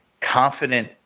Confident